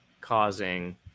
causing